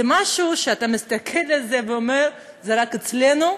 זה משהו שאתה מסתכל עליו ואומר: זה רק אצלנו,